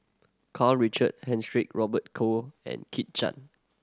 Karl Richard Hanitsch Robert Call and Kit Chan